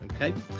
okay